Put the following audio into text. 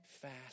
fast